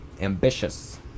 ambitious